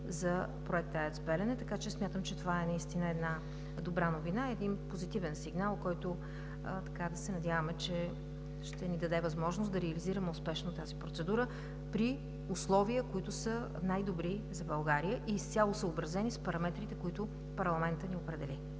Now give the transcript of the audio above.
за проекта АЕЦ „Белене“. Смятам, че това е една добра новина, един позитивен сигнал, който, да се надяваме, че ще ни даде възможност да реализираме успешно тази процедура при условия, които са най-добри за България и изцяло съобразени с параметрите, които парламентът ни определи.